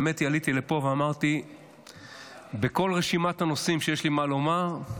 האמת היא שעליתי לפה ואמרתי שבכל רשימת הנושאים שיש לי מה לומר עליהם,